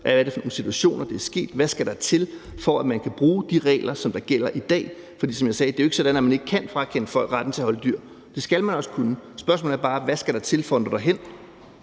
hvad det er for nogle situationer, det er sket i, og hvad der skal til, for at man kan bruge de regler, som der gælder i dag. For som jeg sagde, er det jo ikke sådan, at man ikke kan frakende folk retten til at holde dyr. Det skal man også kunne. Spørgsmålet er bare: Hvad skal der til for at nå derhen?